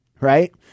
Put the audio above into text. right